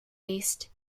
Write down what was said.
based